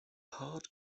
hard